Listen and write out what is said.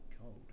cold